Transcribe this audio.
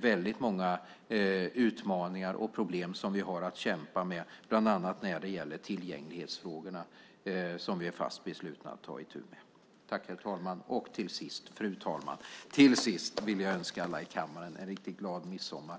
väldigt många utmaningar och problem som vi har att kämpa med, bland annat när det gäller tillgänglighetsfrågorna, som vi är fast beslutna att ta itu med. Till sist vill jag än en gång önska alla i kammaren en riktigt glad midsommar.